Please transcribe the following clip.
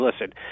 listen